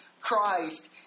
Christ